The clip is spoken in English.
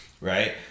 right